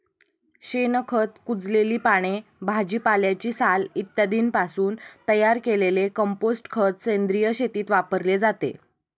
शेणखत, कुजलेली पाने, भाजीपाल्याची साल इत्यादींपासून तयार केलेले कंपोस्ट खत सेंद्रिय शेतीत वापरले जाते